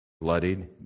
Bloodied